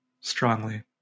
strongly